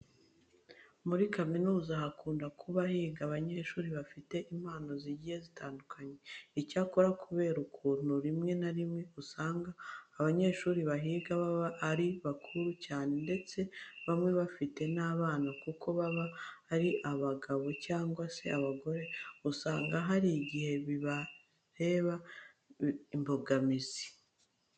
Muri kaminuza hakunda kuba higa abanyeshuri bafite impano zigiye zitandukanye. Icyakora kubera ukuntu rimwe na rimwe usanga abanyeshuri bahiga baba ari bakuru cyane ndetse bamwe bafite n'abana kuko baba ari abagabo cyangwa se abagore, usanga hari igihe bibabera imbogamizi.